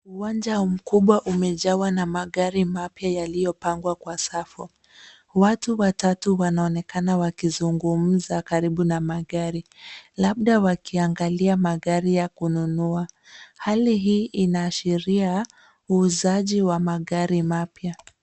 Uwanja mkubwa umejawa na magari mapya yaliyopangwa kwa safu. Watu watatu wanaonekana wakizungumza karibu na magari, labda wakiangalia magari ya kununua. Hali hii inaashiria uuzaji wa magari mapya.